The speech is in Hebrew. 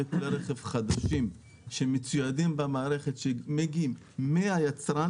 כלי רכב חדשים שמצוידים במערכת שמגיעים מהיצרן,